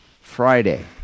Friday